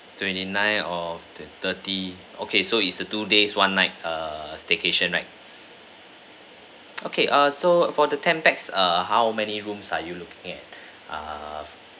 twenty nine of thirty okay so is the two days one night err staycation right okay ah so for the ten pax err how many rooms are you looking at err